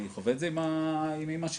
אני חווה את זה עם אימא שלי,